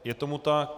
Je tomu tak.